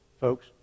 Folks